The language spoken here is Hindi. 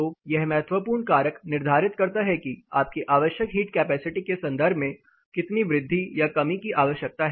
तो यह महत्वपूर्ण कारक निर्धारित करता है कि आपकी आवश्यक हीट कैपेसिटी के संदर्भ में कितनी वृद्धि या कमी की आवश्यकता है